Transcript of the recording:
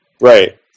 right